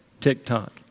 TikTok